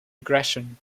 aggression